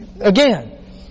again